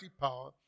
power